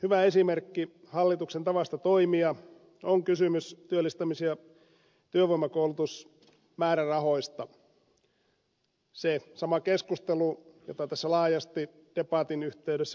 hyvä esimerkki hallituksen tavasta toimia on kysymys työllistämis ja työvoimakoulutusmäärärahoista se sama keskustelu jota tässä laajasti debatin yhteydessä käytiin